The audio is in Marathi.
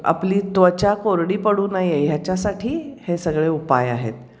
आपली त्वचा कोरडी पडू नये ह्याच्यासाठी हे सगळे उपाय आहेत